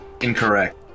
Incorrect